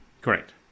Correct